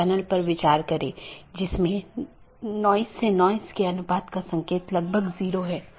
तीसरा वैकल्पिक सकर्मक है जो कि हर BGP कार्यान्वयन के लिए आवश्यक नहीं है